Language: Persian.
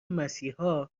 مسیحا